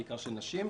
בעיקר של נשים.